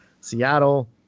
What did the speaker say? Seattle